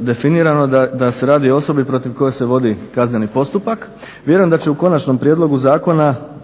definirano je da se radi o osobi protiv koje se vodi kazneni postupak. Vjerujem da će u konačnom prijedlogu zakona